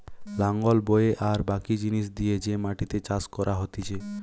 লাঙল বয়ে আর বাকি জিনিস দিয়ে যে মাটিতে চাষ করা হতিছে